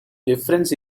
difference